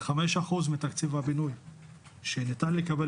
זה חמש אחוז מתקציב הבינוי שניתן לקבל